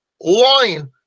line